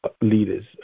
leaders